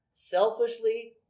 selfishly